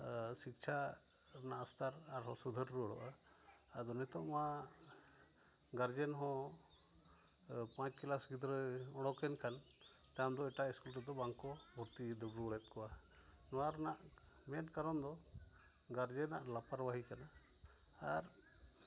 ᱥᱤᱥᱪᱷᱟ ᱨᱮᱱᱟᱜ ᱥᱛᱚᱨ ᱟᱨᱦᱚᱸ ᱥᱩᱫᱷᱟᱹᱨ ᱨᱩᱣᱟᱹᱲᱚᱜᱼᱟ ᱟᱫᱚ ᱱᱤᱛᱚᱜ ᱢᱟ ᱜᱟᱨᱡᱮᱱ ᱦᱚᱸ ᱯᱟᱸᱪ ᱠᱞᱟᱥ ᱜᱤᱫᱽᱨᱟᱹ ᱚᱰᱳᱠᱮᱱ ᱠᱷᱟᱱ ᱛᱟᱭᱚᱢᱫᱚ ᱮᱴᱟᱜ ᱥᱠᱩᱞ ᱨᱮᱫᱚ ᱵᱟᱝᱠᱚ ᱵᱷᱩᱨᱛᱤ ᱨᱩᱣᱟᱹᱲᱮᱫ ᱠᱚᱣᱟ ᱱᱚᱣᱟ ᱨᱮᱱᱟᱜ ᱢᱮᱹᱱ ᱠᱟᱨᱚᱱᱫᱚ ᱜᱟᱨᱡᱮᱱᱟᱜ ᱞᱟᱯᱚᱨᱳᱣᱟᱦᱤ ᱠᱟᱱᱟ ᱟᱨ